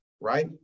right